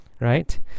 Right